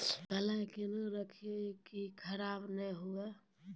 कलाई केहनो रखिए की खराब नहीं हुआ?